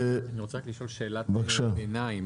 רוצה לשאול שאלת ביניים.